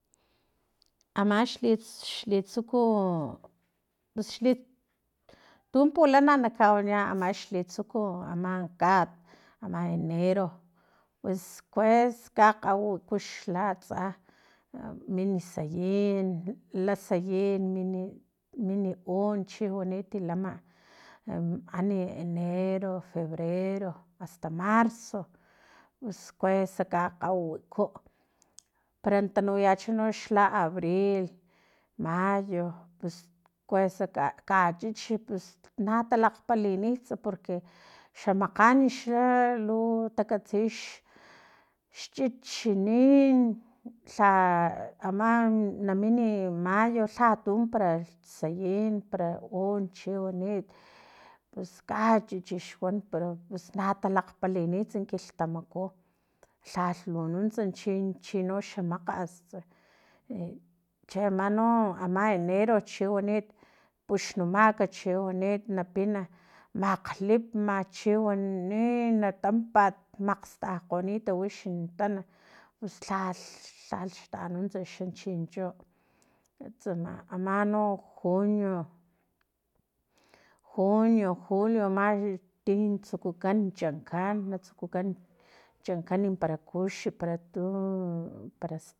Amaxli tsuku xi tsuku tun pulana na kawaniyan amaxlitsukut aman kat ama enero pus kues kakgawiwiku xla min sayin la sayin nimi un chiwaniti lama ani enero febrero asta marzo pus kuesa kakgawaiw ku para na tanuyacha xla abril mayo pus kuesa ka chichi pus na talakgpalinits porque xa makgan xa lu takatsi xchichinin lha ama na mini mayo lhatun para sayin para u chiwanit pus ka chichi xwan para pus na talakgpalinits kilhtamaku lhalh lu nuntsa chin chinoxa makgats e cheama no ama enero chiwanit puxnumak chiwanit na pina makglitma chiwani na tampat makgstakgonit wixi natan pus lhalh lhalh xtanuntsa xa chincho tsama ama no junio junio julio amali tin tsukunan chankan na tsukukan chankan para kux para tu para stap